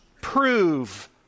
prove